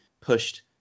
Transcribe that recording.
pushed